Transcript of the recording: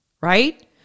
right